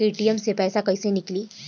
ATM से पैसा कैसे नीकली?